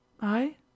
I